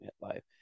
life